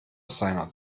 seiner